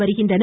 வருகின்றனர்